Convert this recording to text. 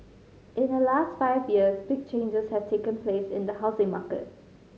in the last five years big changes have taken place in the housing market